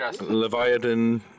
Leviathan